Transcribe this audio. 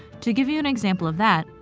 to give you an example of that,